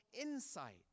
insight